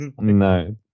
No